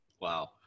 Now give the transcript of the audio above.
Wow